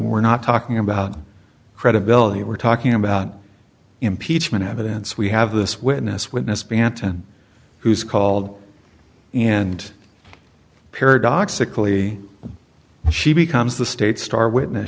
we're not talking about credibility we're talking about impeachment evidence we have this witness witness banton who's called and paradoxically she becomes the state's star witness